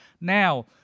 Now